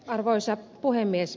arvoisa puhemies